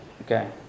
Okay